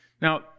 Now